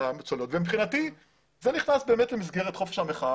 מבחינתי זה נכנס באמת למסגרת חופש המחאה